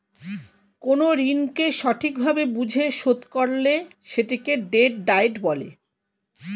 কোন ঋণকে সঠিক ভাবে বুঝে শোধ করলে সেটাকে ডেট ডায়েট বলে